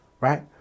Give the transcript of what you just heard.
Right